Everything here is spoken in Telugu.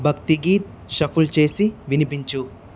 భక్తిగీత్ షఫుల్ చేసి వినిపించు